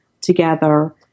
together